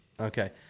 Okay